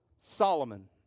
Solomon